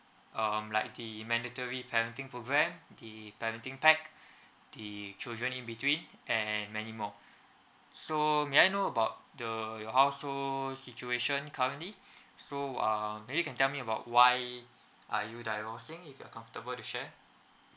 um like the mandatory parenting program the parenting pack the children in between and many more so may I know about the your household situation currently so um maybe you can tell me about why are you divorcing if you're comfortable to share